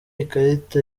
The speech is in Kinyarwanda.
ikarita